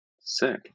sick